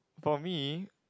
for me